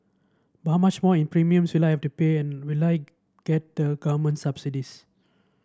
but how much more in premiums will I have to pay and will I get the government subsidies